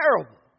terrible